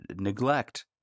neglect